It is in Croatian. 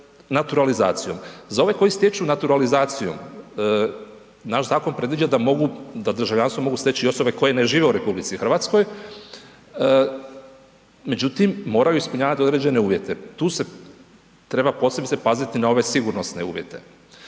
Za ove koji stječu naturalizacijom naš zakon predviđa da mogu, da državljanstvo mogu steći i osobe koje ne žive u RH, međutim moraju ispunjavat određene uvjete, tu se treba posebice paziti na ove sigurnosne uvjete.